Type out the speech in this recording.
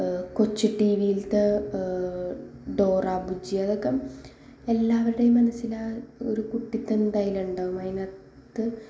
കൊച്ചു ടി വിയിലത്തെ ഡോറ ബുജി അതൊക്കെ എല്ലാവരുടേയും മനസ്സിൽ ആ ഒരു കുട്ടിത്തം എന്തായാലും ഉണ്ടാവും അതിനകത്ത്